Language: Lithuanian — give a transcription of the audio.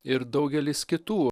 ir daugelis kitų